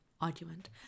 argument